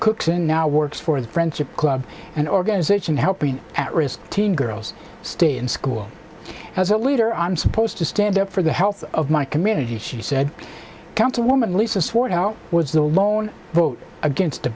cooks and now works for the friendship club an organization helping at risk teen girls stay in school as a leader i'm supposed to stand up for the health of my community she said councilwoman lisa's sworn oh was the lone vote against